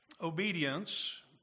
obedience